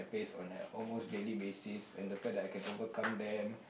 face on an almost daily basis and the fact that I can overcome them